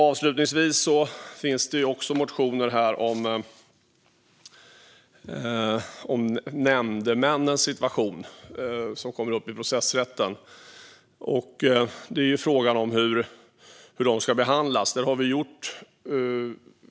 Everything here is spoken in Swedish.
Avslutningsvis finns det också motioner här om nämndemännens situation. Det kommer ju upp i processrätten. Där är frågan hur de ska behandlas.